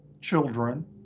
children